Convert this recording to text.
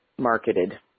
Marketed